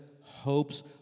hopes